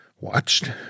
watched